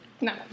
No